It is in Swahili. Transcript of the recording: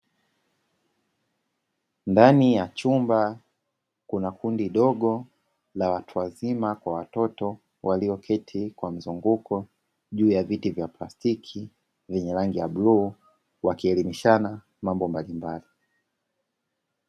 Ndani ya chumba kuna kundi dogo la watu wazima kwa watoto walioketi kwa mzunguko juu ya viti vya plastiki vyenye rangi ya bluu, wakielimishana mambo mbalimbali.